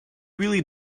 really